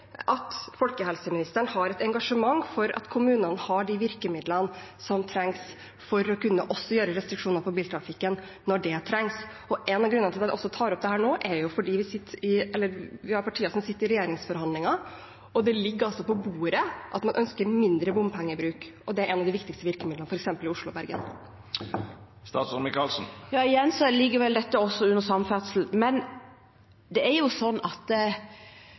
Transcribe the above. at folkehelseministeren har et engasjement for at kommunene har de virkemidlene som trengs, også for å kunne legge restriksjoner på biltrafikken når det trengs. En av grunnene til at jeg tar opp dette nå, er at vi har partier som sitter i regjeringsforhandlinger, hvor det ligger på bordet at man ønsker mindre bompengebruk – og det er en av de viktigste virkemidlene, f.eks. i Oslo og i Bergen. Ja, igjen – dette ligger vel under samferdsel. Det er jo slik at